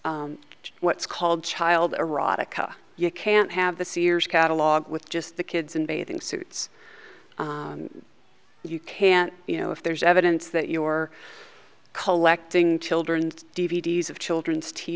r what's called child erotica you can't have the sears catalog with just the kids in bathing suits you can't you know if there's evidence that your collecting children's d v d s of children's t